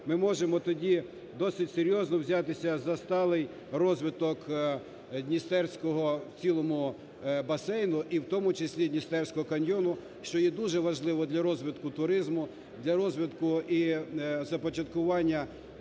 ми можемо тоді досить серйозно взятися за сталий розвиток Дністровського в цілому басейну і в тому числі Дністровського каньйону, що є дуже важливо для розвитку туризму, для розвитку і започаткування